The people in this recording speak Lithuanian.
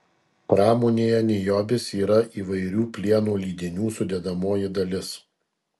pramonėje niobis yra įvairių plieno lydinių sudedamoji dalis